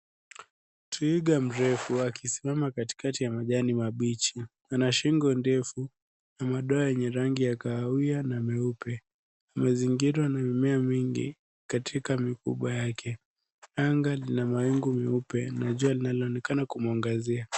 Twiga mrefu akisimama katikati ya majani mabichi, ana shingo ndefu na madoa ya rangi ya kahawia na meupe. Mazingira ina mimea mingi katika mikubwa yake, anga lina mawingu meupe na jua linaonekana kumuangazia.